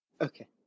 okay